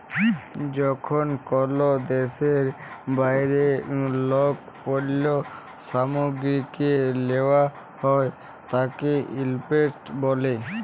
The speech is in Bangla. যখন কল দ্যাশের বাইরে কল পল্য সামগ্রীকে লেওয়া হ্যয় তাকে ইম্পোর্ট ব্যলে